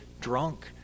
drunk